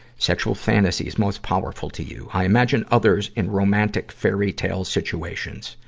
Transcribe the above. sexual fantasies most powerful to you i imagine others in romantic fairytale situations.